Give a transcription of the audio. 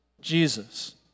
Jesus